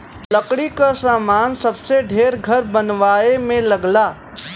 लकड़ी क सामान सबसे ढेर घर बनवाए में लगला